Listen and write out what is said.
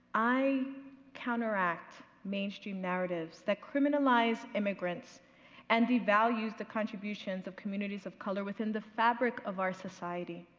i counteract mainstream narratives that criminalize immigrants and devalues the con tribuyses of community of color within the fabric of our society.